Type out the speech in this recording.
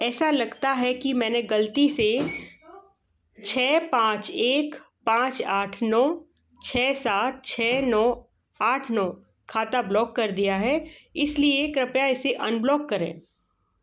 ऐसा लगता है कि मैंने गलती से छः पाँच एक पाँच आठ नौ छः सात छः नौ आठ नौ खाता ब्लॉक कर दिया है इसलिए कृपया इसे अनब्लॉक करें